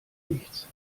nichts